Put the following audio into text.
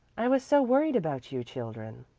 i was so worried about you children.